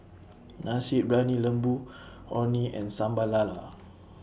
Nasi Briyani Lembu Orh Nee and Sambal Lala